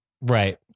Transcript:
Right